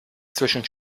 zwischen